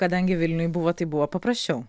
kadangi vilniuj buvot tai buvo paprasčiau